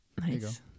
Nice